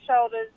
shoulders